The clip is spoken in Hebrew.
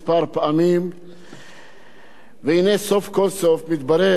סוף כל סוף מתברר שהצעת החוק שלי בדיעבד